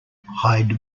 hide